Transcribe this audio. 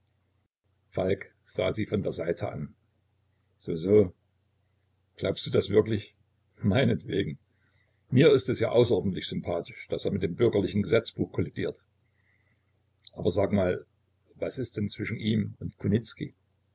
falk sah sie von der seite an so so glaubst du das wirklich meinetwegen mir ist es ja außerordentlich sympathisch daß er mit dem bürgerlichen gesetzbuche kollidiert aber sag mal was ist denn zwischen ihm und